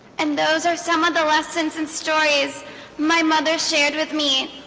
and those are some of the lessons and stories my mother shared with me